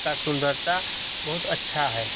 का सुंदरता बहुत अच्छा है